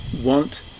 want